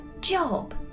job